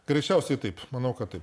greičiausiai taip manau kad taip